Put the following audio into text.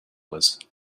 was